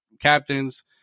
captains